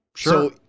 Sure